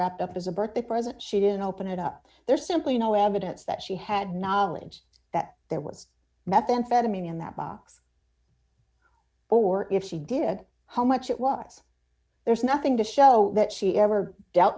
wrapped up as a birthday present she didn't open it up there's simply no evidence that she had knowledge that there was methamphetamine in that box or if she did how much it was there's nothing to show that she ever dealt